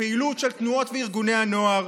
הפעילות של תנועות וארגוני הנוער,